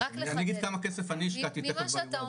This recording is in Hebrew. אני אגיד כמה כסף אני השקעתי תיכף באירוע הזה.